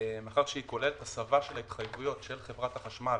מאחר שהיא כוללת הסבה של ההתחייבויות של חברת החשמל